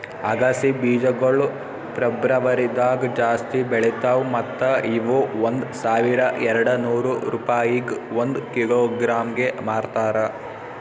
ಅಗಸಿ ಬೀಜಗೊಳ್ ಫೆಬ್ರುವರಿದಾಗ್ ಜಾಸ್ತಿ ಬೆಳಿತಾವ್ ಮತ್ತ ಇವು ಒಂದ್ ಸಾವಿರ ಎರಡನೂರು ರೂಪಾಯಿಗ್ ಒಂದ್ ಕಿಲೋಗ್ರಾಂಗೆ ಮಾರ್ತಾರ